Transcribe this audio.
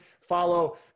Follow